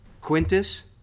Quintus